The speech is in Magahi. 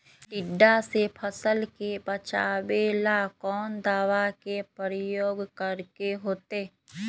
टिड्डा से फसल के बचावेला कौन दावा के प्रयोग करके होतै?